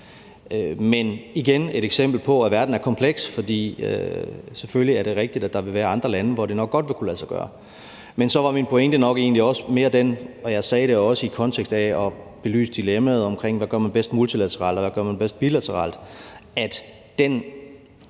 er det et eksempel på, at verden er kompleks, for selvfølgelig er det rigtigt, at der vil være andre lande, hvor det nok godt vil kunne lade sig gøre. Min pointe var nok egentlig også mere en anden, og jeg sagde det også i kontekst af at belyse dilemmaet omkring, hvad man gør bedst multilateralt, og hvad man gør bedst bilateralt. Om det